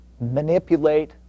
manipulate